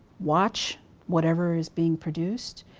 watch whatever is being produced?